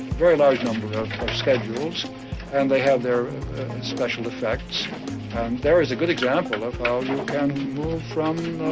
very large number of schedules and they have their special effects. and there is a good example of how you can move from